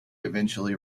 eventually